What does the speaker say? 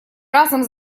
разом